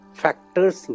factors